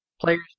Players